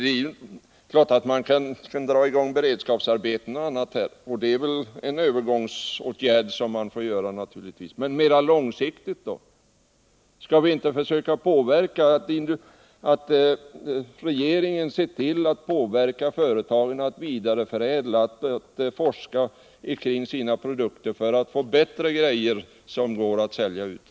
Det är klart att man kan dra i gång beredskapsarbeten och annat här, och det är väl en övergång; såtgärd som får vidtas. Men mera långsiktigt då? Skall inte regeringen försöka påverka företagen att vidareförädla och att forska kring sina produkter för att få fram bättre saker som går att sälja ute?